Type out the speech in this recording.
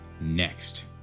next